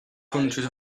countries